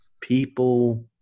people